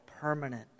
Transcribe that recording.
permanent